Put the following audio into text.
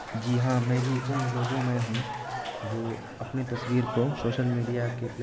جی ہاں میں بھی ان لوگوں میں ہوں جو اپنی تصویر کو سوشل میڈیا کے پلیٹ